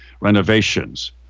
renovations